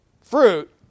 fruit